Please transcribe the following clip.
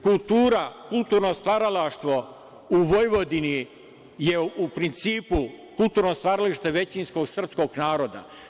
Kultura, kulturno stvaralaštvo u Vojvodini je u principu kulturno stvaralaštvo većinskog srpskog naroda.